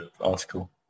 article